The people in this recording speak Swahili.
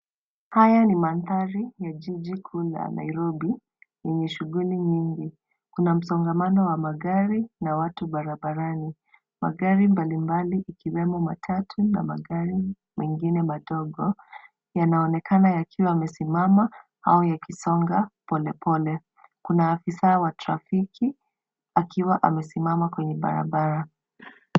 Haya ni mandhari ya jiji kuu la Nairobi yenye shughuli nyingi. Kuna msongamano wa magari na watu barabarani. Magari mbalimbali ikiwemo matatu na magari mengine madogo yanaonekana yakiwa yamesimama au yakisonga polepole. Kuna afisa wa trafiki akiwa amesimama kwenye barabara.